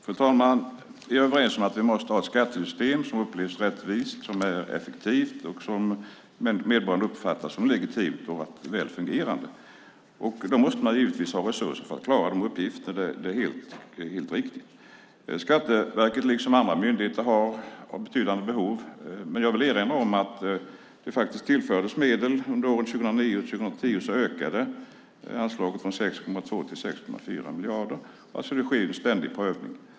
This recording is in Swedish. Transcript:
Fru talman! Vi är överens om att vi måste ha ett skattesystem som upplevs rättvist, som är effektivt och som medborgarna uppfattar som legitimt och väl fungerande. Då måste man givetvis ha resurser för att klara sina uppgifter; det är helt riktigt. Skatteverket har liksom andra myndigheter betydande behov, men jag vill erinra om att det faktiskt tillförts medel. Under åren 2009-2010 ökade anslaget från 6,2 till 6,4 miljarder. Det sker alltså en ständig prövning.